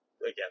again